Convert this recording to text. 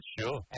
sure